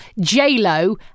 J-Lo